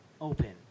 Open